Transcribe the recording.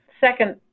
Second